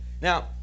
Now